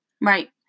Right